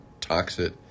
toxic